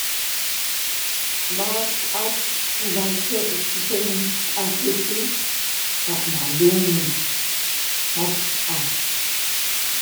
B'a'ax k'as ub'a'alche' kiten k'asil ti a' b'alumej jach k'as.